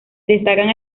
destacan